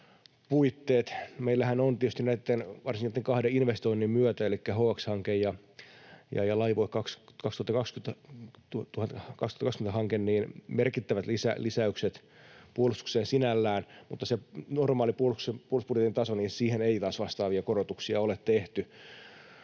Meillähän on tietysti näitten varsinaisten kahden investoinnin myötä — elikkä HX-hanke ja Laivue 2020 ‑hanke — merkittävät lisäykset puolustukseen sinällään, mutta siihen normaaliin puolustusbudjetin tasoon ei taas vastaavia korotuksia ole tehty.